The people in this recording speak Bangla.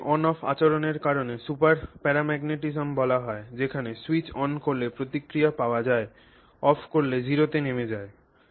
এটিকে অন অফ আচরণের কারণে সুপার প্যারাম্যাগনেটিজম বলা হয় যেখানে সুইচ অন করলে প্রতিক্রিয়া পাওয়া যায় অফ করলে 0 তে নেমে যায়